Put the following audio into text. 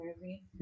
movie